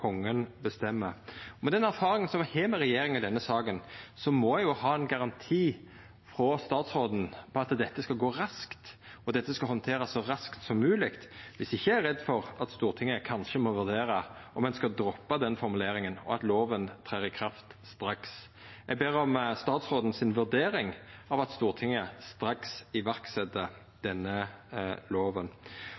Kongen avgjer. Med den erfaringa ein har med regjeringa i denne saka, må eg ha ein garanti frå statsråden for at dette skal gå raskt, at dette skal handterast så raskt som mogleg. Viss ikkje er eg redd for at Stortinget kanskje må vurdera om ein skal droppa den formuleringa, og at loven trer i kraft straks. Eg ber om statsråden si vurdering av at Stortinget straks set i